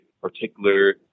particular